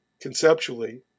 conceptually